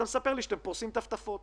מה שאתם עושים זה פורסים טפטפות.